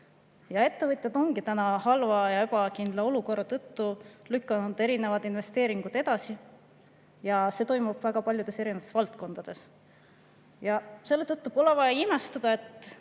Ettevõtjad on täna halva ja ebakindla olukorra tõttu lükanud erinevaid investeeringuid edasi ja see toimub väga paljudes erinevates valdkondades. Siis pole vaja imestada,